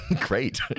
Great